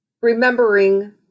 remembering